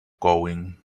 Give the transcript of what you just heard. going